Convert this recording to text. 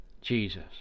Jesus